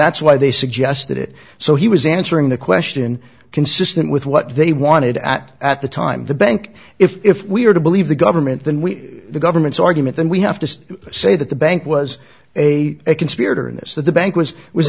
that's why they suggested it so he was answering the question consistent with what they wanted at at the time the bank if we are to believe the government then we the government's argument then we have to say that the bank was a conspirator in this that the bank was was